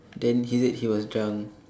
then he said he was drunk